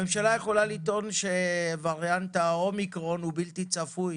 הממשלה יכולה לטעון שווריאנט האומיקרון הוא בלתי-צפוי